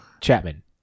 Chapman